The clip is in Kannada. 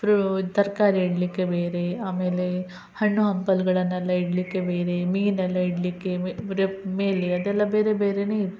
ಫ್ರೂ ತರಕಾರಿ ಇಡಲಿಕ್ಕೆ ಬೇರೆ ಆಮೇಲೆ ಹಣ್ಣು ಹಂಪಲುಗಳನ್ನೆಲ್ಲ ಇಡಲಿಕ್ಕೆ ಬೇರೆ ಮೀನೆಲ್ಲ ಇಡಲಿಕ್ಕೆ ಮೇಲೆ ಅದೆಲ್ಲ ಬೇರೆ ಬೇರೆಯೇ ಇತ್ತು